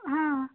ಹಾಂ